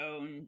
own